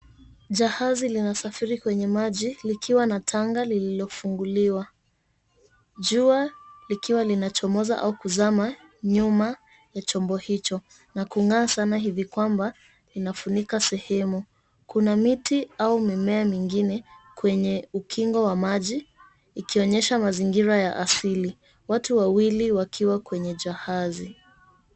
Jahazi linasafiri kwenye maji likiwa na tanga lililofunguliwa likiwa. Jua likiwa linachomoza au kuzama nyuma ya chombo hicho na kung'aa sana hivi kwamba inafunika sehemu. Kuna miti au mimea mingine kwenye ukingo wa maji, ikionyesha mazingira ya asili. Watu wawili wakiwa kwenye jahazi.